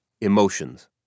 emotions